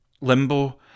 limbo